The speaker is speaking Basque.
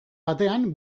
batean